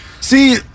See